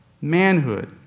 manhood